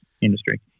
industry